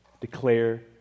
Declare